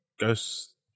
Ghost